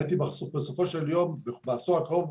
הייתי בסופו של יום מייצר תוכנית לעשור הקרוב,